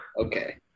Okay